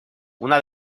una